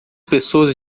pessoas